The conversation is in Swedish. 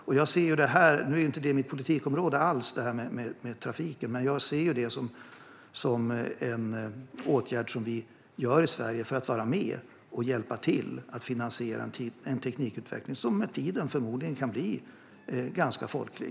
Nu är detta med trafiken inte mitt politikområde alls, men jag ser detta som en åtgärd vi vidtar i Sverige för att vara med och hjälpa till att finansiera en teknikutveckling som med tiden förmodligen kan bli ganska folklig.